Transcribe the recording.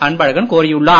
அன்பழகன் கோரியுள்ளார்